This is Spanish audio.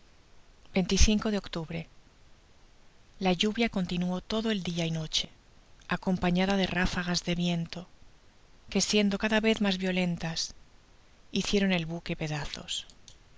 de octubre la lluvia continuó todo el dia y noche acompañada de ráfagas de viento que siendo cada vez mas violentas hicieron el buque padazos